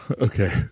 Okay